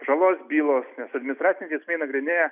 žalos bylos nes administraciniai teismai nagrinėja